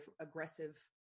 aggressive